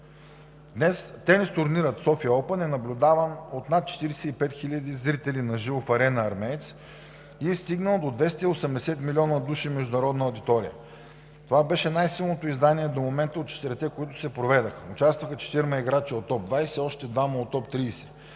Днес тенис турнирът „София оупън“ е наблюдаван от над 45 хиляди зрители на живо в „Арена Армеец“ и е стигнал до 280 милиона души международна аудитория. Това беше най силното издание до момента от четирите, които се проведоха – участваха четирима играчи от топ 20, още двама от топ 30.